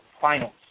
Finals